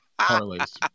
parlays